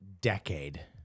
decade